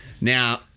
Now